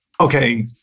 okay